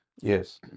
Yes